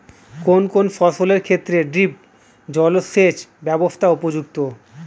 কোন কোন ফসলের ক্ষেত্রে ড্রিপ জলসেচ ব্যবস্থা উপযুক্ত?